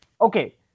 okay